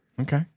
Okay